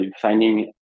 finding